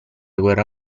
guerra